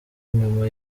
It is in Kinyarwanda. nyuma